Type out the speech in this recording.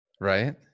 right